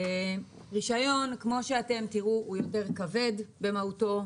רישיון, כמו שתראו, הוא יותר כבד במהותו,